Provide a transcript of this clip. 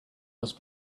was